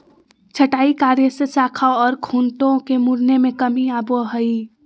छंटाई कार्य से शाखा ओर खूंटों के मुड़ने में कमी आवो हइ